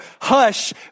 hush